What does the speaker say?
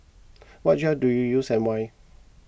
what gel do you use and why